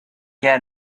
get